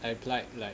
I applied like